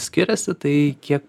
skiriasi tai kiek